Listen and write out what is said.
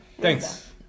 Thanks